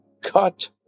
cut